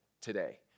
today